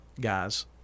guys